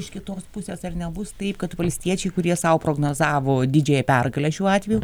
iš kitos pusės ar nebus taip kad valstiečiai kurie sau prognozavo didžiąją pergalę šiuo atveju